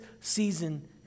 season